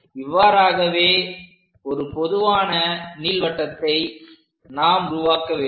இவ்வாறாகவே ஒரு பொதுவான நீள் வட்டத்தை நாம் உருவாக்க வேண்டும்